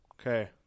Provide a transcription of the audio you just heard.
Okay